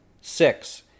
Six